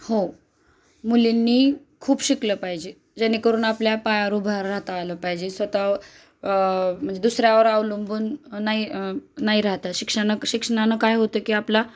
हो मुलींनी खूप शिकलं पाहिजे जेणेकरून आपल्या पायावर उभ राहता आलं पाहिजे स्वतः म्हणजे दुसऱ्यावर अवलंबून नाही न राहता शिक्षण शिक्षणानं काय होतं की आपला